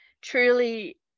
Truly